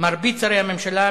מרבית שרי הממשלה,